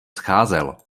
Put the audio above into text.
scházel